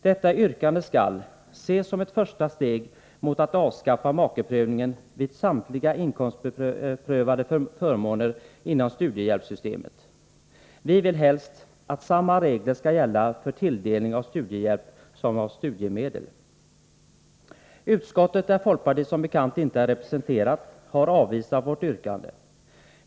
Detta yrkande skall ses som ett första steg mot att avskaffa makeprövningen vid samtliga inkomstprövade förmåner inom studiehjälpssystemet. Vi vill helst att samma regler skall gälla för tilldelning av studiehjälp som för tilldelning av studiemedel. Utskottet, där folkpartiet som bekant inte är representerat, har avvisat vårt yrkande.